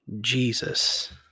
Jesus